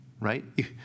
right